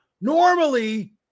normally